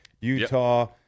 Utah